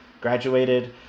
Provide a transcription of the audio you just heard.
graduated